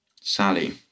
Sally